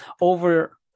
over